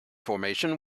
formation